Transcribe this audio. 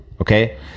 okay